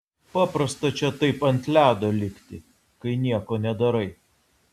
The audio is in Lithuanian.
paprasta čia taip ant ledo likti kai nieko nedarai